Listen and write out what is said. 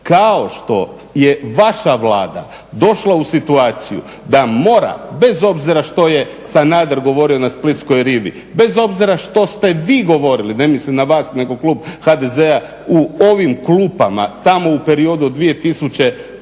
kao što je vaša Vlada došla u situaciju da mora bez obzira što je Sanader govorio na splitskoj rivi, bez obzira što ste vi govorili, ne mislim na vas nego klub HDZ-a u ovim klupama tamo u periodu od 2000.